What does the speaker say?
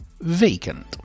vacant